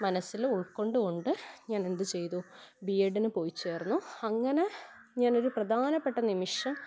മനസ്സിൽ ഉൾക്കൊണ്ട് കൊണ്ട് ഞാൻ എന്ത് ചെയ്തു ബി എഡിന് പോയി ചേർന്നു അങ്ങനെ ഞാനൊരു പ്രധാനപ്പെട്ട നിമിഷം